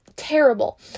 terrible